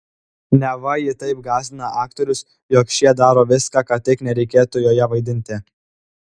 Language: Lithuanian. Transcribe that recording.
neva ji taip gąsdina aktorius jog šie daro viską kad tik nereikėtų joje vaidinti